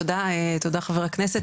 תודה חבר הכנסת,